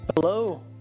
Hello